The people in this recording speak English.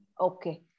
Okay